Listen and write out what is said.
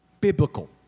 biblical